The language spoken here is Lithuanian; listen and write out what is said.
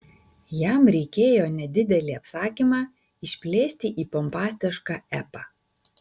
jam reikėjo nedidelį apsakymą išplėsti į pompastišką epą